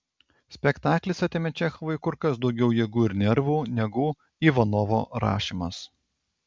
spektaklis atėmė čechovui kur kas daugiau jėgų ir nervų negu ivanovo rašymas